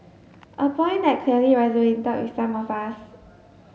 a point that clearly with some of us